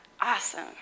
Awesome